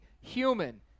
human